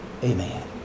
amen